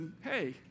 hey